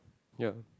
yep